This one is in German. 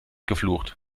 geflucht